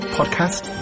Podcast